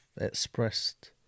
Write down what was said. expressed